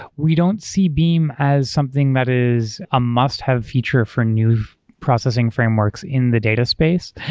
we don't see beam as something that is a must-have feature for new processing frameworks in the data space.